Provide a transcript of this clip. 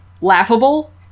laughable